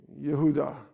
Yehuda